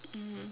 mmhmm